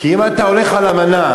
כי אם אתה הולך על אמנה,